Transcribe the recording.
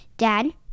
Dad